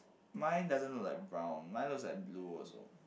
mine doesn't look like brown mine looks like blue also